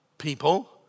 people